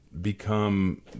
become